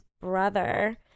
brother